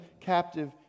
captive